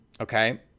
okay